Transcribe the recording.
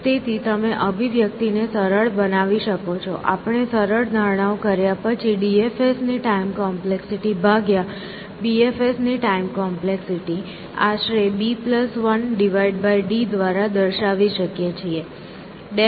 તેથી તમે અભિવ્યક્તિને સરળ બનાવી શકો છો આપણે સરળ ધારણાઓ કર્યા પછી DFS ની ટાઈમ કોમ્પ્લેક્સિટી ભાગ્યા BFS ની ટાઈમ કોમ્પ્લેક્સિટી આશરે b 1 d દ્વારા દર્શાવી શકીએ છીએ